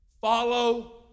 follow